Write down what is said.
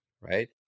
right